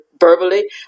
verbally